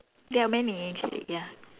there are many actually ya